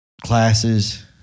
classes